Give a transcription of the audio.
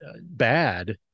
bad